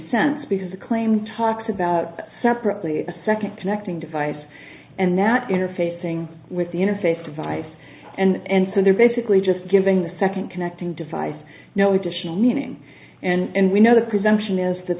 sense because the claim talks about separately a second connecting device and that interfacing with the interface device and so they're basically just giving the second connecting device no additional meaning and we know the presumption is that